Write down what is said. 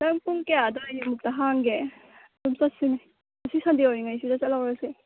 ꯅꯪ ꯄꯨꯡ ꯀꯌꯥ ꯑꯗ꯭ꯋꯥꯏꯃꯨꯛꯇ ꯍꯥꯡꯒꯦ ꯑꯗꯨꯝ ꯆꯠꯁꯤꯅꯦ ꯉꯁꯤ ꯁꯟꯗꯦ ꯑꯣꯏꯔꯤꯉꯩꯁꯤꯗ ꯆꯠꯍꯧꯔꯁꯦ